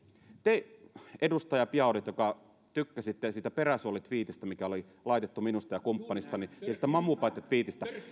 te edustaja biaudet joka tykkäsitte siitä peräsuolitviitistä mikä oli laitettu minusta ja kumppanistani tuosta mamupatjatviitistä